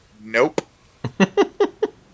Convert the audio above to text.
nope